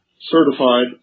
certified